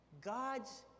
God's